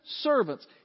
servants